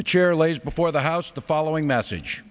your lays before the house the following message